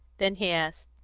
then he asked,